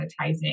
monetizing